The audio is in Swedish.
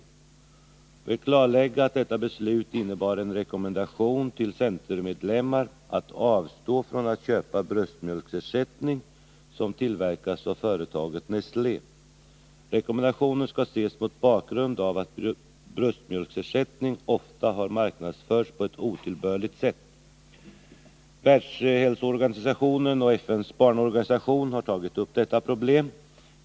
Jag vill klarlägga att detta beslut innebar en rekommendation till centermedlemmar att avstå från att köpa bröstmjölksersättning som tillverkas av företaget Nestlé. Rekommendationen skall ses mot bakgrund av att bröstmjölksersättning ofta har marknadsförts på ett otillbörligt sätt. Världshälsoorganisationen och FN:s barnorganisation har tagit upp detta problem.